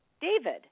David